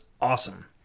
awesome